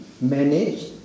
managed